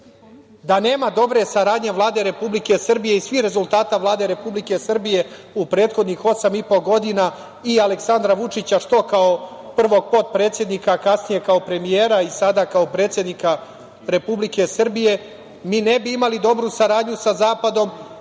nema dobre saradnje Vlade Republike Srbije i svih rezultata Vlade Republike Srbije u prethodnih osam i po godina i Aleksandra Vučića, što kao prvog potpredsednika, kasnije kao premijera i sada kao predsednika Republike Srbije, mi ne bi imali dobru saradnju sa zapadom